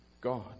God